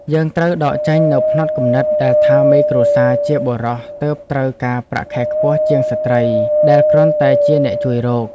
យើងត្រូវដកចេញនូវផ្នត់គំនិតដែលថាមេគ្រួសារជាបុរសទើបត្រូវការប្រាក់ខែខ្ពស់ជាងស្ត្រីដែលគ្រាន់តែជាអ្នកជួយរក។